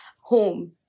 home